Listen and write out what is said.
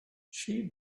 she